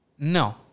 No